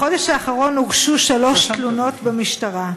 בחודש האחרון הוגשו שלוש תלונות במשטרה.